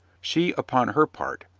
she, upon her part,